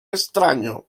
extraño